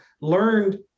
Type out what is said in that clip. learned